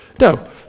No